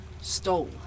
Stole